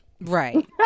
Right